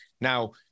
Now